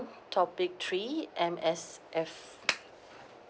topic three M_S_F